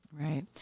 Right